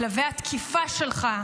כלבי התקיפה שלך,